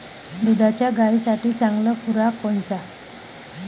दुधाच्या गायीसाठी चांगला खुराक कोनचा?